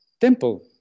Temple